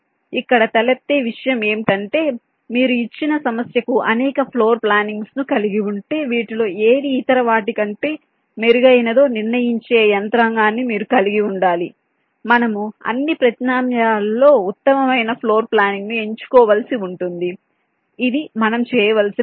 కాబట్టి ఇక్కడ తలెత్తే విషయం ఏమిటంటే మీరు ఇచ్చిన సమస్యకు అనేక ఫ్లోర్ ప్లానింగ్స్ ను కలిగి ఉంటే వీటిలో ఏది ఇతర వాటి కంటే మెరుగైనదో నిర్ణయించే యంత్రాంగాన్ని మీరు కలిగి ఉండాలి మేము అన్ని ప్రత్యామ్నాయాలలో ఉత్తమమైన ఫ్లోర్ ప్లానింగ్ ను ఎంచుకోవలసి ఉంటుంది ఇది మనం చేయవలసిన పని